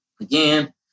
again